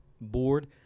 board